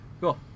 Cool